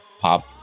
pop